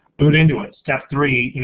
boot into it, step three,